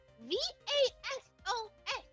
V-A-S-O-S